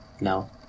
no